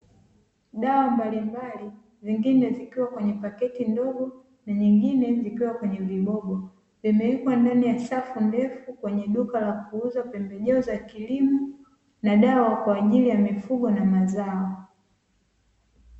Dawa mbalimbali nyingine zikiwa kwenye paketi ndogo na zingine zikiwa kwenye vibobo, vimewekwa ndani kwenye safu ndefu kwenye duka la kuuza pembejeo za kilimo na dawa kwa ajili ya mifugo na mazao.